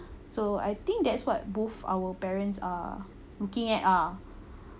so I think that's what both our parents are looking at ah